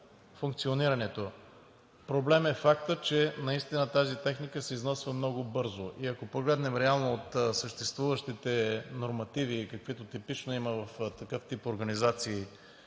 Проблем е фактът, че наистина тази техника се износва много бързо. И ако погледнем реално от съществуващите нормативи, каквито типично има в такъв тип организации